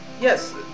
yes